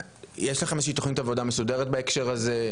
יש לכם איזו שהיא תוכנית מסודרת בהקשר הזה?